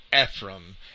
Ephraim